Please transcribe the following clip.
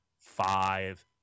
five